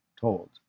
told